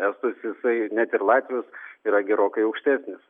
estus jisai net ir latvius yra gerokai aukštesnis